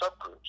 subgroups